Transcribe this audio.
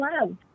love